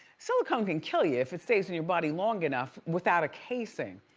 silicone can kill you if it stays in your body long enough without a casing.